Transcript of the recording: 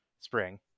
spring